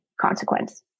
consequence